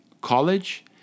college